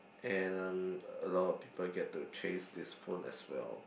and um a lot of people get to chase this phone as well